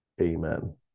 Amen